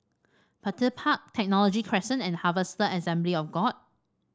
Petir Park Technology Crescent and Harvester Assembly of God